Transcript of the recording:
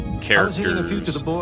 characters